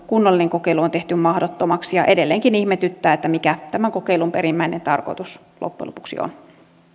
kunnollinen kokeilu on tehty mahdottomaksi ja edelleenkin ihmetyttää mikä tämän kokeilun perimmäinen tarkoitus loppujen lopuksi on